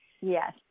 Yes